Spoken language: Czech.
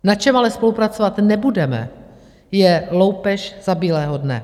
Na čem ale spolupracovat nebudeme, je loupež za bílého dne.